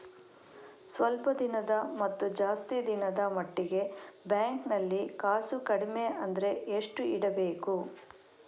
ಸ್ವಲ್ಪ ದಿನದ ಮತ್ತು ಜಾಸ್ತಿ ದಿನದ ಮಟ್ಟಿಗೆ ಬ್ಯಾಂಕ್ ನಲ್ಲಿ ಕಾಸು ಕಡಿಮೆ ಅಂದ್ರೆ ಎಷ್ಟು ಇಡಬೇಕು?